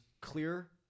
clear